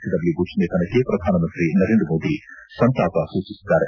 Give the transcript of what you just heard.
W Bush ನಿಧನಕ್ಕೆ ಪ್ರಧಾನಮಂತ್ರಿ ನರೇಂದ್ರ ಮೋದಿ ಸಂತಾಪ ಸೂಚಿಸಿದ್ದಾರೆ